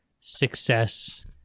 success